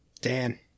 Dan